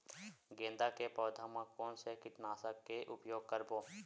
गेंदा के पौधा म कोन से कीटनाशक के उपयोग करबो?